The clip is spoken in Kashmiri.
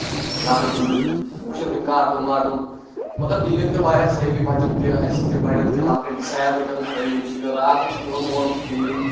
لاگان ٹی وی وٕچھُن وٕچھان تِم کاٹوٗن واٹوٗن مَگر ٹی وِیَن کٔر واریاہ خرابی بَچَن تہِ اَسہِ تہِ بَڑٮ۪ن تہِ لۄکٹٮ۪ن تہِ سارنی کٔرٕن خرٲبی اَمہِ سۭتۍ گٔے راتھ اوس میون مول وٕچھان ٹی وی